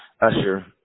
usher